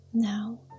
Now